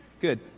good